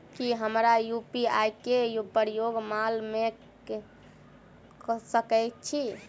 की हम यु.पी.आई केँ प्रयोग माल मै कऽ सकैत छी?